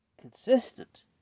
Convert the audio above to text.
consistent